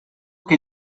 que